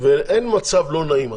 אין מצב לא נעים.